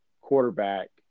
quarterback